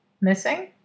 missing